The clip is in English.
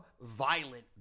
violent